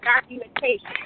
documentation